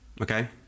Okay